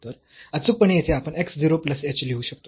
तर अचूकपणे येथे आपण x 0 प्लस h लिहू शकतो